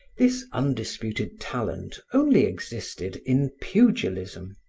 this undisputed talent only existed in pugilism.